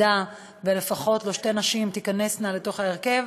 שתי נשים לפחות לא תיכנסנה לתוך ההרכב,